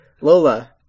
Lola